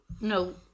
No